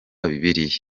bibiliya